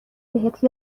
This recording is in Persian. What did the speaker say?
بهت